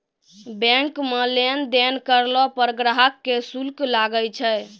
bank मे लेन देन करलो पर ग्राहक के शुल्क लागै छै